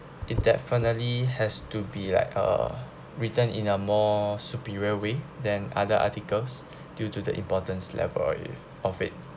it definitely has to be like a written in a more superior way than other articles due to the importance level of it